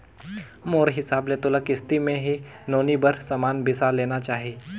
मोर हिसाब ले तोला किस्ती मे ही नोनी बर समान बिसा लेना चाही